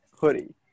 hoodie